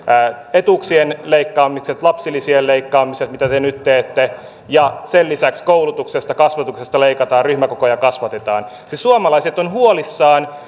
etuuksien leikkaamiset lapsilisien leikkaamiset mitä te nyt teette sen lisäksi koulutuksesta kasvatuksesta leikataan ryhmäkokoja kasvatetaan siis suomalaiset ovat huolissaan